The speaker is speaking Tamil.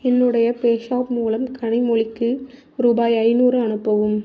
என்னுடைய பேஸாப் மூலம் கனிமொழிக்கு ரூபாய் ஐநூறு அனுப்பவும்